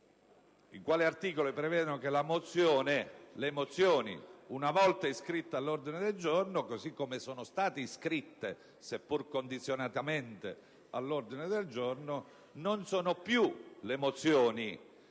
Questi articoli prevedono che le mozioni, una volta iscritte all'ordine del giorno, così come sono state iscritte seppur condizionatamente all'ordine del giorno, non sono più nella